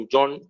John